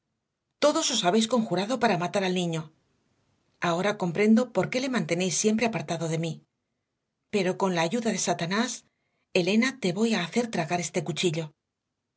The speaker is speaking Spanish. cuello todos os habéis conjurado para matar al niño ahora comprendo por qué le mantenéis siempre apartado de mí pero con la ayuda de satanás elena te voy a hacer tragar este cuchillo